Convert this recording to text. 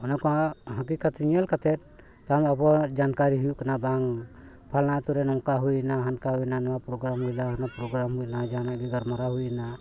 ᱱᱚᱝᱠᱟ ᱦᱟᱹᱠᱤ ᱠᱟᱛ ᱧᱮᱞ ᱠᱟᱛᱮᱫ ᱛᱟᱦᱚᱞᱮ ᱟᱵᱚᱣᱟᱜ ᱡᱟᱱᱠᱟᱨᱤ ᱦᱩᱭᱩᱜ ᱠᱟᱱᱟ ᱵᱟᱝ ᱯᱷᱟᱞᱱᱟ ᱟᱛᱳᱨᱮ ᱱᱚᱝᱠᱟ ᱦᱩᱭᱮᱱᱟ ᱦᱟᱱᱠᱟ ᱦᱩᱭᱮᱱᱟ ᱱᱚᱣᱟ ᱯᱨᱳᱜᱨᱟᱢ ᱦᱩᱭ ᱞᱮᱱᱟ ᱚᱱᱟ ᱯᱨᱳᱜᱨᱟᱢ ᱦᱩᱭᱮᱱᱟ ᱡᱟᱦᱟᱱᱟᱜ ᱜᱮ ᱜᱟᱞᱢᱟᱨᱟᱣ ᱦᱩᱭ ᱮᱱᱟ